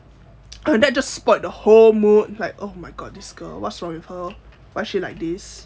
and that just spoilt the whole mood like oh my god this girl what's wrong with her why she like this